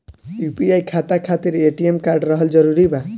UPI खाता खातिर ATM card रहल जरूरी बा?